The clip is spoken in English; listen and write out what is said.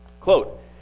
Quote